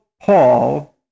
Paul